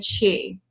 Chi